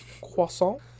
Croissant